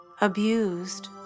abused